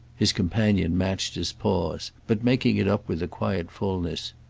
his companion matched his pause, but making it up with a quiet fulness.